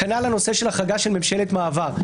כנ"ל לגבי החרגה של ממשלת מעבר.